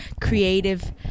creative